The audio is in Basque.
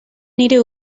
nire